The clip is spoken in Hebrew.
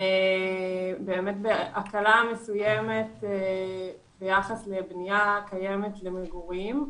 באמת בהקלה מסוימת ביחס לבניה קיימת למגורים,